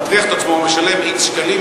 מטריח את עצמו ומשלם x שקלים,